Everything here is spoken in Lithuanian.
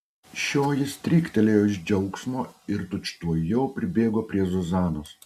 šioji stryktelėjo iš džiaugsmo ir tučtuojau pribėgo prie zuzanos